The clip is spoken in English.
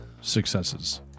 successes